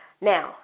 Now